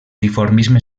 dimorfisme